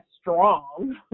strong